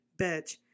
bitch